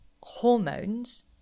hormones